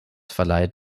verleiht